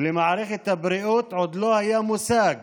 ולמערכת הבריאות עוד לא היה מושג